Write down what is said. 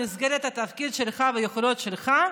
במסגרת התפקיד שלך והיכולות שלך,